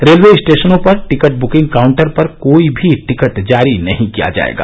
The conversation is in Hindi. रेलवे स्टेशनों पर टिकट बुकिंग काउंटर पर कोई भी टिकट जारी नहीं किया जाएगा